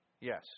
Yes